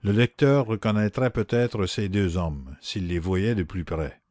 le lecteur reconnaîtrait peut-être ces deux hommes s'il les voyait de plus près